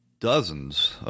dozens